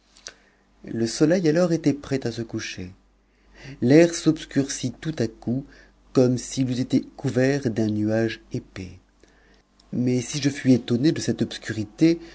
le soleil alors était près de se coucher l'air s'obscurcit tout à coup comme s'il eût été couvert d'un nuage épais mais si je fus étonné de cf obscurité